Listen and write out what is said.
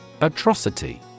Atrocity